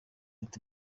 ati